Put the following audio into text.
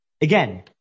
Again